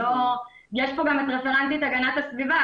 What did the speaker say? יש פה גם את רפרנטית הגנת הסביבה.